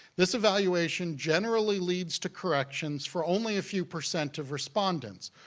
this evaluation generally leads to corrections for only a few percent of respondents.